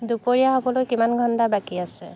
দুপৰীয়া হ'বলৈ কিমান ঘণ্টা বাকী আছে